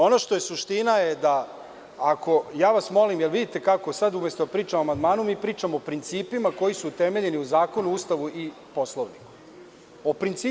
Ono što je suština je, ja vas molim, jel vidite sada, umesto da pričamo o amandmanu mi pričamo o principima koji su utemeljeni u zakonu, Ustavu i Poslovniku.